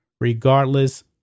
regardless